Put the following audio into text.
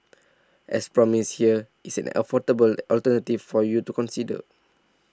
as promised here is an affordable alternative for you to consider